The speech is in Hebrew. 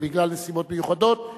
בגלל נסיבות מיוחדות,